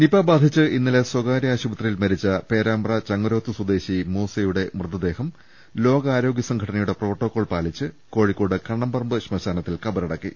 Nipah ബാധിച്ച് ഇന്നലെ സ്വകാര്യ ആശുപത്രിയിൽ മരിച്ച പേരാമ്പ്ര ചങ്ങരോത്ത് സ്വദേശി മൂസയുടെ മൃതദേഹം ലോകാരോഗൃ സംഘടനയുടെ പ്രോട്ടോ ക്കോൾ പാലിച്ച് കോഴിക്കോട് കണ്ണംപറമ്പ് ശ്മശാനത്തിൽ കബറടക്കി